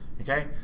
okay